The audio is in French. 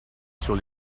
sur